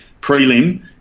prelim